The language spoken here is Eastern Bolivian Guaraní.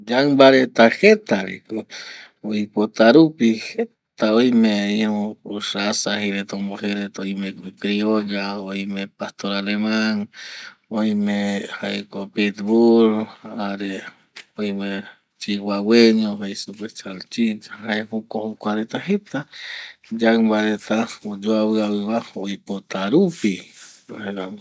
Yaɨmba reta jeta vi ko, oipota rupi jeta oime iru raza jei reta omboje reta, oime ko criolla, oime pastor aleman, oime jaeko pitbul, jare oime chiguagueño jei supe, salchicha, jae jokua jokua reta jeta yaɨmba reta oyoavɨ avɨ va oipota rupi jaeramo